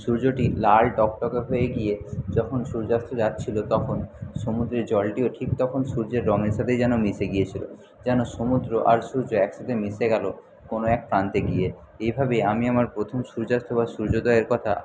সূর্যটি লাল টকটকে হয়ে গিয়ে যখন সূর্যাস্ত যাচ্ছিলো তখন সমুদ্রের জলটিও ঠিক তখন সূর্যের রঙের সাথেই যেন মিশে গিয়েছিলো যেন সমুদ্র আর সূর্য একসাথে মিশে গেল কোনো এক প্রান্তে গিয়ে এইভাবেই আমি আমার প্রথম সূর্যাস্ত বা সূর্যোদয়ের কথা